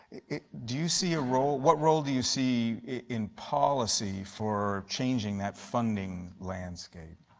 do you see a role? what role do you see in policy for changing that funding landscape?